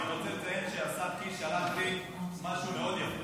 אבל אני רוצה לציין שהשר קיש שלח לי משהו מאוד יפה,